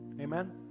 Amen